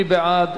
מי בעד,